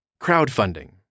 crowdfunding